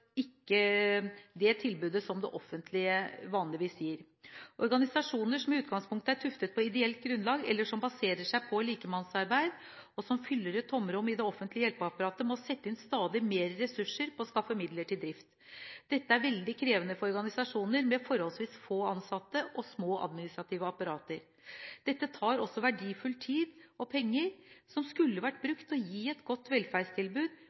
ikke på det tilbudet som det offentlige vanligvis gir. Organisasjoner som i utgangspunktet er tuftet på ideelt grunnlag, eller som baserer seg på likemannsarbeid, og som fyller et tomrom i det offentlige hjelpeapparatet, må sette inn stadig mer ressurser på å skaffe midler til drift. Dette er veldig krevende for organisasjoner med forholdsvis få ansatte og små administrative apparater. Dette tar også verdifull tid og penger fra det som skulle vært brukt til å gi et godt velferdstilbud,